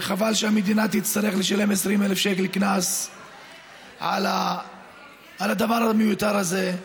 וחבל שהמדינה תצטרך לשלם 20,000 שקל קנס על הדבר המיותר הזה.